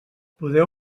podeu